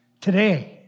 today